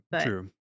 True